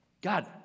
God